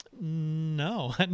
No